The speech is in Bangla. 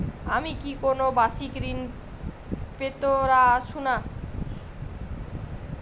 আমি কি কোন বাষিক ঋন পেতরাশুনা?